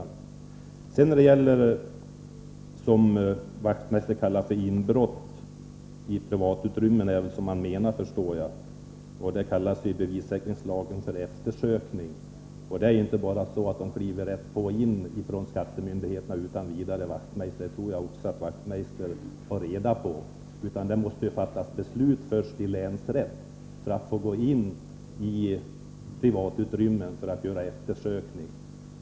Beträffande det som Knut Wachtmeister talade om som inbrott i privatutrymmen, vilket i bevissäkringslagen kallas eftersökning, vill jag säga: Det är inte så att man från skattemyndigheterna bara kliver rätt på, och det tror jag också att Knut Wachtmeister har reda på. Det måste först fattas beslut i länsrätten, för att man skall kunna gå in i privatutrymmen för att göra eftersökning.